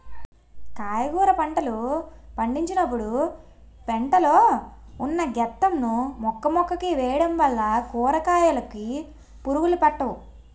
కాయగుర పంటలు పండించినపుడు పెంట లో ఉన్న గెత్తం ను మొక్కమొక్కకి వేయడం వల్ల కూరకాయలుకి పురుగులు పట్టవు